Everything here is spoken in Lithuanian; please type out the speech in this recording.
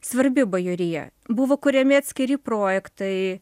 svarbi bajorija buvo kuriami atskiri projektai